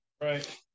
right